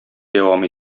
дәвам